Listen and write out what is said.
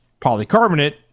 polycarbonate